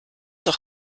doch